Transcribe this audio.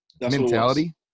mentality